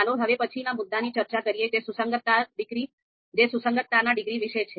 ચાલો હવે પછીના મુદ્દાની ચર્ચા કરીએ જે સુસંગતતાના ડિગ્રી વિશે છે